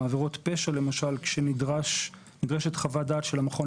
עבירות פשע למשל כשנדרשת חוות דעת של המכון